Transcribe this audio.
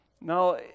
Now